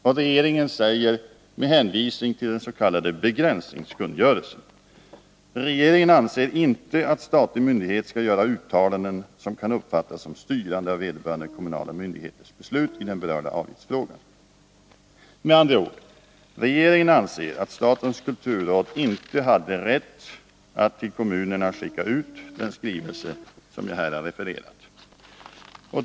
Och regeringen säger med hänvisning till den s.k. begränsningskungörelsen: ”Regeringen anser inte att statlig myndighet skall göra uttalanden som kan uppfattas som styrande av vederbörande kommunala myndigheters beslut i den berörda avgiftsfrågan.” Med andra ord: Regeringen anser att statens kulturråd inte hade rätt att till kommunerna skicka ut den skrivelse som jag här har refererat.